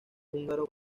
húngaro